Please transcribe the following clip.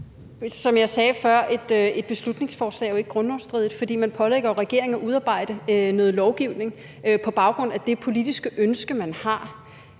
Som jeg sagde før: Et beslutningsforslag er jo ikke grundlovsstridigt. For man pålægger jo regeringen at udarbejde noget lovgivning på baggrund af det politiske ønske, man har.